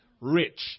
rich